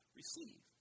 receive